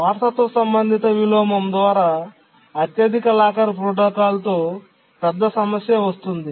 వారసత్వ సంబంధిత విలోమం ద్వారా అత్యధిక లాకర్ ప్రోటోకాల్తో పెద్ద సమస్య వస్తుంది